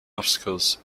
obstacles